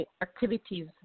activities